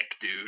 dude